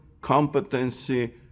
competency